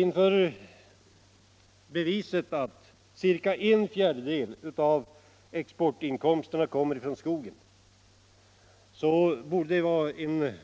Inför det faktum att ca en fjärdedel av exportinkomsterna kommer från skogen, borde det,